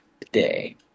today